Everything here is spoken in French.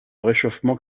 réchauffement